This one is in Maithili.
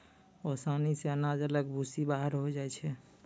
ओसानी से अनाज अलग भूसी बाहर होय जाय छै